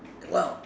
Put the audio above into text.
well